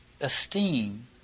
esteem